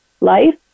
life